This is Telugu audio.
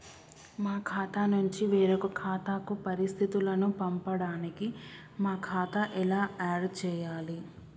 మా ఖాతా నుంచి వేరొక ఖాతాకు పరిస్థితులను పంపడానికి మా ఖాతా ఎలా ఆడ్ చేయాలి?